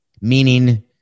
meaning